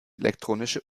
elektronische